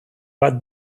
bat